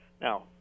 Now